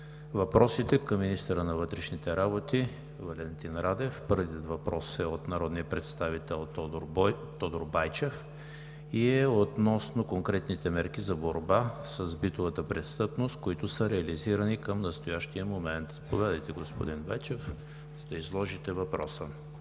въпросите към министъра на вътрешните работи Валентин Радев. Първият въпрос е от народния представител Тодор Байчев и е относно конкретните мерки за борба с битовата престъпност, които са реализирани към настоящия момент. Заповядайте, господин Байчев, да изложите въпроса.